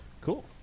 cool